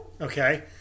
okay